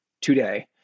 today